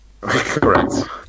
Correct